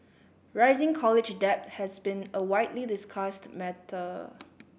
rising college debt has been a widely discussed matter